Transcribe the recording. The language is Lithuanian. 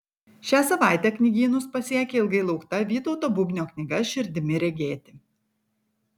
šią savaitę knygynus pasiekė ilgai laukta vytauto bubnio knyga širdimi regėti